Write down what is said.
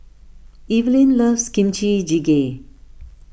Evelyne loves Kimchi Jjigae